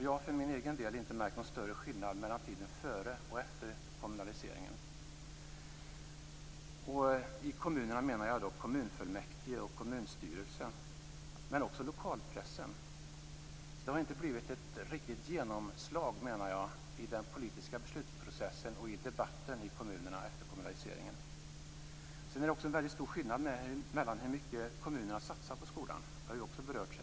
Jag har för min egen del inte märkt någon större skillnad mellan tiden före och efter kommunaliseringen. Med kommunerna menar jag kommunfullmäktige och kommunstyrelse men också lokalpressen. Det har inte blivit ett riktigt genomslag i den politiska beslutsprocessen och i debatten efter kommunaliseringen. Det är också en väldigt stor skillnad mellan hur mycket kommunerna satsar på skolan. Det har också berörts här.